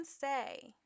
say